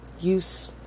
use